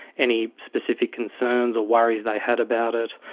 any specific concerns or worries they had about it,